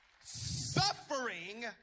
Suffering